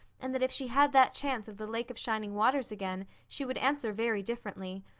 and that if she had that chance of the lake of shining waters again she would answer very differently.